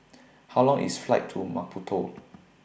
How Long IS The Flight to Maputo